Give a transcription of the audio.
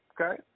Okay